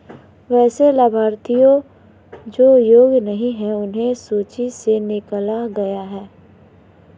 वैसे लाभार्थियों जो योग्य नहीं हैं उन्हें सूची से निकला गया है